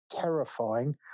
terrifying